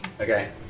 Okay